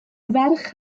ferch